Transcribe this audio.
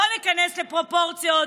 בואו ניכנס לפרופורציות,